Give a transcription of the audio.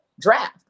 draft